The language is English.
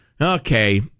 okay